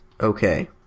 Okay